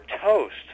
toast